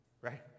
right